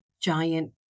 giant